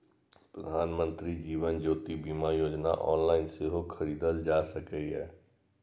प्रधानमंत्री जीवन ज्योति बीमा योजना ऑनलाइन सेहो खरीदल जा सकैए